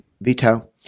veto